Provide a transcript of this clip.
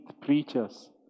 preachers